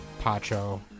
Pacho